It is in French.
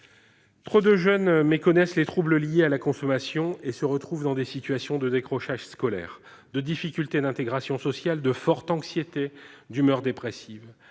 Trop de jeunes méconnaissent les troubles liés à sa consommation et se retrouvent dans des situations de décrochage scolaire, de difficultés d'intégration sociale, de forte anxiété ou d'humeur dépressive.